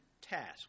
task